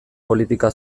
politika